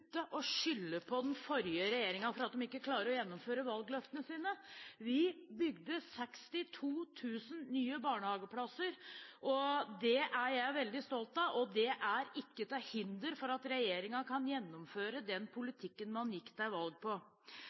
skylde på den forrige regjeringen for at de ikke klarer å gjennomføre valgløftene sine. Vi bygde 62 000 nye barnehageplasser, og det er jeg veldig stolt av, og det er ikke til hinder for at regjeringen kan gjennomføre den politikken man gikk til valg på.